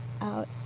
out